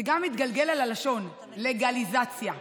זה גם מתגלגל על הלשון: לגליזציה.